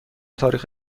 تاریخ